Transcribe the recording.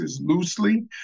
loosely